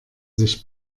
sich